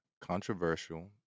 controversial